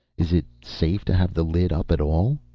is it safe to have the lid up at all?